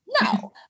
no